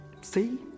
See